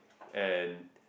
and